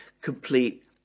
complete